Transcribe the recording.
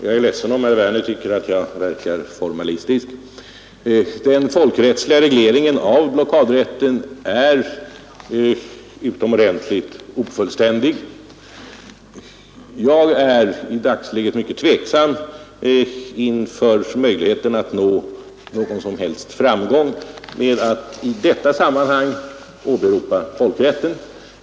Jag är ledsen om herr Werner tycker att jag verkar formalistisk nu, men den folkrättsliga regleringen av blockadrätten är utomordentligt ofullständig. Jag är i dagsläget mycket tveksam beträffande möjligheten att nå någon framgång med att i detta sammanhang åberopa folkrätten.